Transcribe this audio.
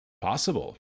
possible